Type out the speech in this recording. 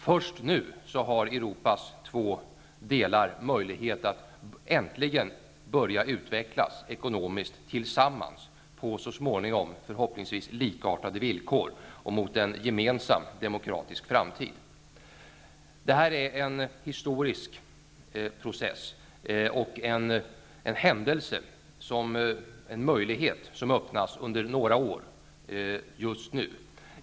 Först nu har Europas två delar möjlighet att äntligen börja utvecklas ekonomiskt tillsammans på förhoppningsvis så småningom likartade villkor och mot en gemensam demokratisk framtid. Detta är en historisk process och en möjlighet som öppnas under några år, just nu.